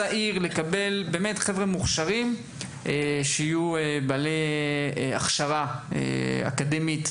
את הצעירים המוכשרים שיקבלו כאן את ההכשרה האקדמית,